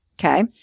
Okay